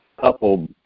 couple